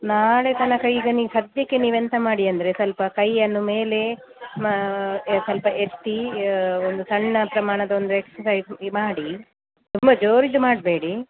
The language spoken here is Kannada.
ನಾಳೆ ತನಕ ಈಗ ನೀ ಸದ್ಯಕ್ಕೆ ನೀವು ಎಂತ ಮಾಡಿ ಅಂದರೆ ಸ್ವಲ್ಪ ಕೈಯನ್ನು ಮೇಲೆ ಮ ಸ್ವಲ್ಪ ಎತ್ತಿ ಒಂದು ಸಣ್ಣ ಪ್ರಮಾಣದ ಒಂದು ಎಕ್ಸರ್ಸೈಸ್ ಮಾಡಿ ತುಂಬ ಜೋರಿದು ಮಾಡಬೇಡಿ